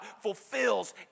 fulfills